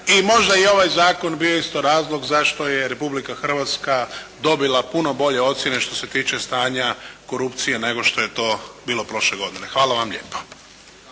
I možda je ovaj zakon bio isto razlog zašto je Republika Hrvatska dobila puno bolje ocjene što se tiče stanja korupcije nego što je to bilo prošle godine. Hvala vam lijepa.